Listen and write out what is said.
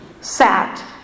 sat